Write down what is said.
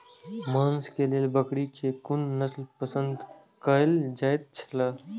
मांस के लेल बकरी के कुन नस्ल पसंद कायल जायत छला?